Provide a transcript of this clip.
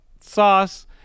sauce